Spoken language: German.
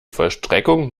vollstreckung